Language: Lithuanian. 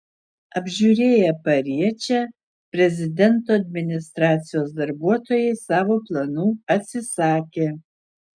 apžiūrėję pariečę prezidento administracijos darbuotojai savo planų atsisakė